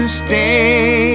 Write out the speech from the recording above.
stay